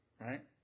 right